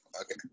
okay